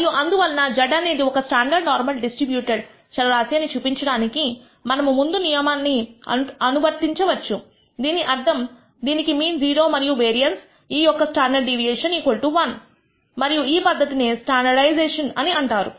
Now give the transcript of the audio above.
మరియు అందువలన z అనేది ఒక స్టాండర్డ్ నార్మల్ డిస్ట్రిబ్యూటెడ్ చర రాశి అని చూపించడానికి మనము ముందు నియమాన్నిఅనువర్తించవచ్చు దీని అర్థం దీనికి మీన్ 0 మరియు వేరియన్స్ ఈ యొక్క స్టాండర్డ్ డీవియేషన్1 మరియు ఈ పద్ధతినే స్టాండర్డైజేషన్అంటారు